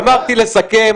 אמרתי לסכם,